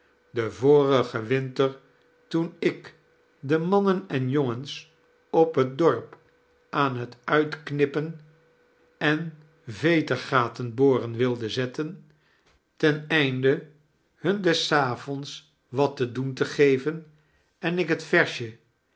den vorigen winter toen ik de mannen en jongens op liet dorp aan het uitknippeii en vetergaten boren wilde zetten ten einde hun des avonxls wat te doen te geven en ik het versje